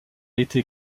été